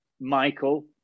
Michael